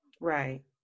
Right